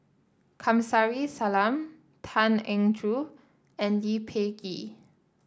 Kamsari Salam Tan Eng Joo and Lee Peh Gee